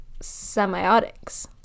semiotics